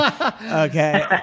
Okay